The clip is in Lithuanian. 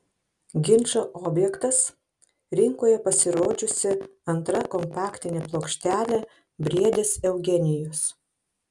ginčo objektas rinkoje pasirodžiusi antra kompaktinė plokštelė briedis eugenijus